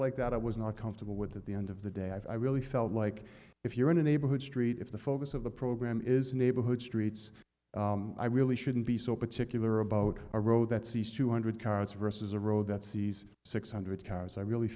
like that i was not comfortable with at the end of the day i really felt like if you're in a neighborhood street if the focus of the program is neighborhood streets i really shouldn't be so particular about a road that sees two hundred cars vs a road that sees six hundred cars i really